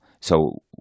So-